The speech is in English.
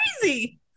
crazy